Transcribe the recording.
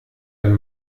den